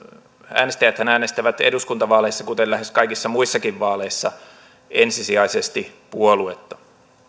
äänestäjäthän äänestävät eduskuntavaaleissa kuten lähes kaikissa muissakin vaaleissa ensisijaisesti puoluetta